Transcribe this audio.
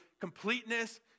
completeness